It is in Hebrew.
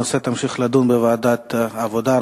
הנושא יידון בוועדת העבודה,